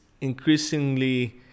increasingly